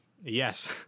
Yes